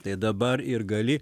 tai dabar ir gali